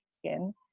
skin